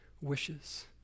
wishes